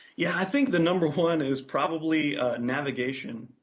yeah, i think the number one is probably navigation.